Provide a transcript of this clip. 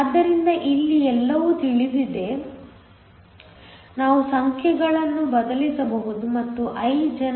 ಆದ್ದರಿಂದ ಇಲ್ಲಿ ಎಲ್ಲವೂ ತಿಳಿದಿದೆ ನಾವು ಸಂಖ್ಯೆಗಳನ್ನು ಬದಲಿಸಬಹುದು ಮತ್ತು I gen 1